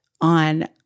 on